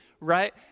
right